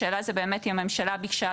השאלה היא באמת אם הממשלה ביקשה,